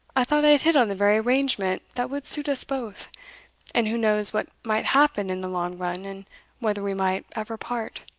i thought i had hit on the very arrangement that would suit us both and who knows what might happen in the long run, and whether we might ever part?